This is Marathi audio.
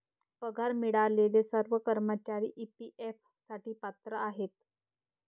पगार मिळालेले सर्व कर्मचारी ई.पी.एफ साठी पात्र आहेत